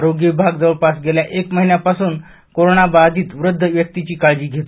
आरोग्यविभाग जवळपास गेल्या एक महिन्यापासून कोरोना बाधित वृद्ध व्यक्तीची काळजी घेत होता